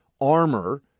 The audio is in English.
armor